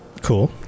Cool